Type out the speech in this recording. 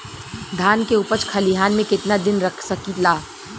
धान के उपज खलिहान मे कितना दिन रख सकि ला?